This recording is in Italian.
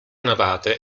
navate